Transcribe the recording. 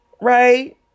right